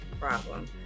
problem